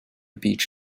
beach